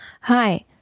Hi